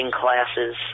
classes